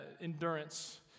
endurance